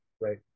Right